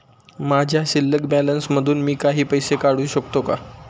माझ्या शिल्लक बॅलन्स मधून मी काही पैसे काढू शकतो का?